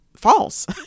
false